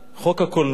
חוק הקולנוע.